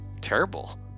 terrible